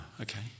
okay